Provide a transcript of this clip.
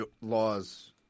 Laws